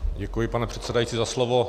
Děkuji, pane předsedající, za slovo.